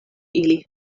ili